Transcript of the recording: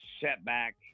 setback